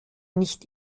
nicht